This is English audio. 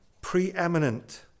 preeminent